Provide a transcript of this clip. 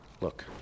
Look